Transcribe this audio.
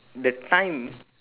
the time